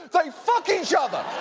they fuck each other!